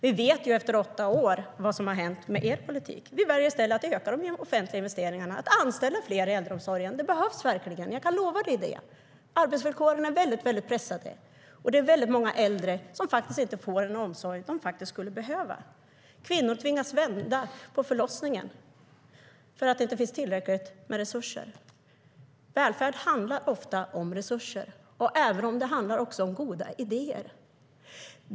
Vi vet efter åtta år vad som har hänt med er politik. Vi väljer i stället att öka de offentliga investeringarna och anställa fler i äldreomsorgen. Det behövs verkligen - jag kan lova dig det. Arbetsvillkoren är väldigt pressade, och det är väldigt många äldre som inte får den omsorg de skulle behöva. Kvinnor tvingas vända på förlossningen för att det inte finns tillräckligt med resurser. Välfärd handlar ofta om resurser, även om det också handlar om goda idéer.